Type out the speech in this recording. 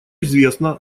известно